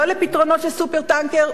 לא לפתרונות של "סופר-טנקר",